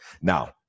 Now